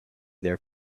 their